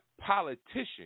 politician